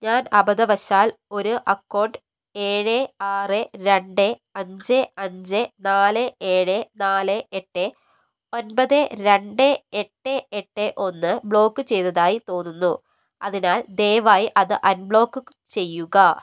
ഞാൻ അബദ്ധവശാൽ ഒരു അക്കൗണ്ട് ഏഴ് ആറ് രണ്ട് അഞ്ച് അഞ്ച് നാല് ഏഴ് നാല് എട്ട് ഒൻപത് രണ്ട് എട്ട് എട്ട് ഒന്ന് ബ്ലോക്ക് ചെയ്തതായി തോന്നുന്നു അതിനാൽ ദയവായി അത് അൺബ്ലോക്ക് ചെയ്യുക